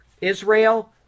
Israel